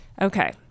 Okay